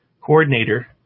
coordinator